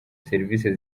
serivisi